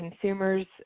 consumers